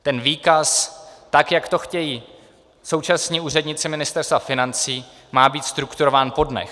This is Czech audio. Ten výkaz, tak jak to chtějí současní úředníci Ministerstva financí, má být strukturován po dnech.